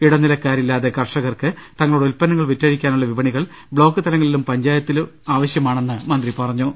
ഇടനിലക്കാരില്ലാതെ കർഷ കർക്ക് തങ്ങളുടെ ഉത്പ്പന്നങ്ങൾ വിറ്റഴിക്കാനുളള വിപണികൾ ബ്ലോക്ക്തലങ്ങളിലും പഞ്ചായത്തുകളിലും ആവശ്യമാണെന്ന് മന്ത്രി പറഞ്ഞു